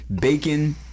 bacon